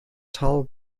tall